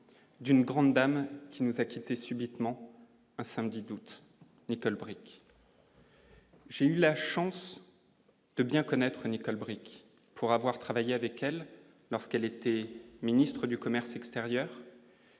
d'une grande dame qui nous a quitté subitement un samedi d'août Nicole Bricq. J'ai eu la chance de bien connaître Nicole Bricq pour avoir travaillé avec elle lorsqu'elle était ministre du commerce extérieur.